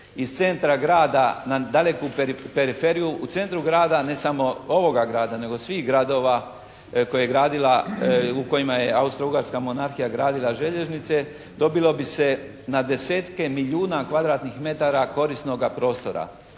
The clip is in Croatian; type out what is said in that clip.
iz centra grada na daleku periferiju. U centru grada, ne samo ovoga grada, nego svih gradova koje je gradila, u kojima je Austro-Ugarska monarhija gradila željeznice dobilo bi se na desetke milijuna kvadratnih metara korisnoga prostora.